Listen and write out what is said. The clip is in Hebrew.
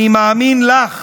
אני מאמין לך,